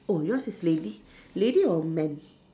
oh yours is lady lady or man